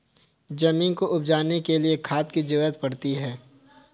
ज़मीन को उपजाने के लिए खाद की ज़रूरत पड़ती है